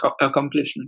accomplishment